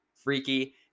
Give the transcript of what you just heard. Freaky